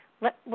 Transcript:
Let